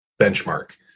benchmark